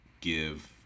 give